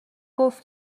گفت